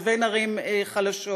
לבין ערים חלשות.